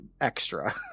extra